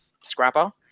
Scrapper